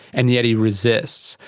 and yet he resists.